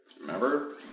Remember